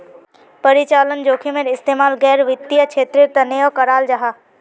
परिचालन जोखिमेर इस्तेमाल गैर वित्तिय क्षेत्रेर तनेओ कराल जाहा